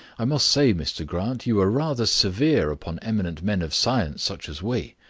i must say, mr grant, you were rather severe upon eminent men of science such as we.